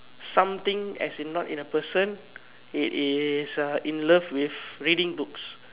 something as in not in a person it is uh in love with reading books